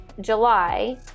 july